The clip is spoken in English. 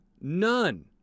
none